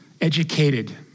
educated